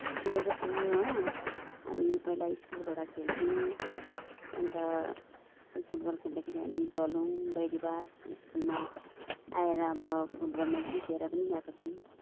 खेलेको छु हो अनि पहिला स्कुलबाट खेल्थ्यौँ अन्त यो फुटबल खेल्दाखेरि हामी झोलुङ गैरिबास स्कुलमा आएर अब फुटबलमा जितेर पनि गएको छौँ